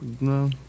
No